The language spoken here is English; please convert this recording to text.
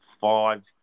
five